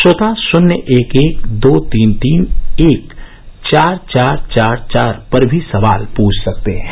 श्रोता शन्य एक एक दो तीन तीन एक चार चार चार चार पर भी सवाल पुछ सकते हैं